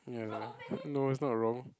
ya no is not wrong